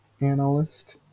analyst